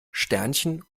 sternchen